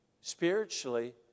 spiritually